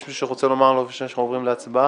יש מישהו שרוצה לומר משהו לפני שעוברים להצבעה?